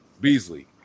Beasley